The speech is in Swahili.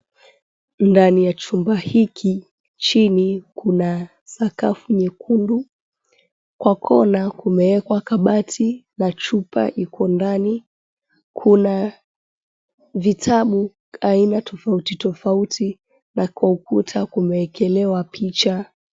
Ndani ya chumba hiki chini kuna sakafu nyekundu kwa kona kumewekwa kabati na chupa iko ndani, kuna vitabu aina tofauti tofauti na kwa ukuta kumewekelewa picha.